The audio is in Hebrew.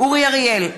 אורי אריאל,